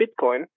Bitcoin